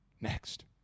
next